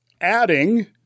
Adding